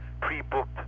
pre-booked